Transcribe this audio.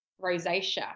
rosacea